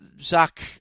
Zach